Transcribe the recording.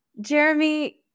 Jeremy